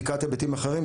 בדיקת היבטים אחרים,